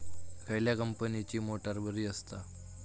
खयल्या कंपनीची मोटार बरी असता?